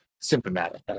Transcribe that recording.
symptomatic